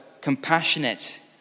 compassionate